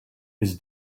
his